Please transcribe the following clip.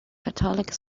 catholic